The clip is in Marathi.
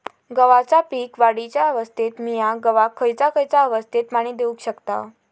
गव्हाच्या पीक वाढीच्या अवस्थेत मिया गव्हाक खैयचा खैयचा अवस्थेत पाणी देउक शकताव?